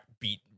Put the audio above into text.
beat